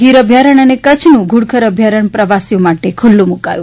ગીર અભ્યારાસ્થ અને કચ્છનું ધુડખર અભયારાસ્થ પ્રવાસીઓ માટે ખુલ્લું મુકાયું